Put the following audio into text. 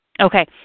Okay